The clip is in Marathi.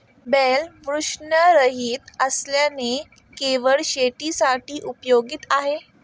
बैल वृषणरहित असल्याने केवळ शेतीसाठी उपयुक्त आहे